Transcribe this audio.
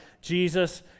Jesus